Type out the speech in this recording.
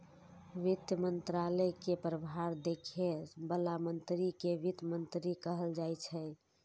वित्त मंत्रालय के प्रभार देखै बला मंत्री कें वित्त मंत्री कहल जाइ छै